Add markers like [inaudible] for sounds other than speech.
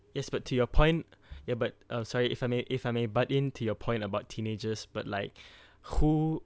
yes but to your point [breath] ya but uh sorry if I may if I may butt into your point about teenagers but like [breath] who